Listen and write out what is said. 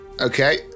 Okay